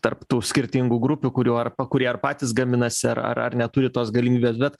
tarp tų skirtingų grupių kurių arba kurie ar patys gaminasi ar ar neturi tos galimybės bet